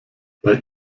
bei